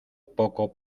poco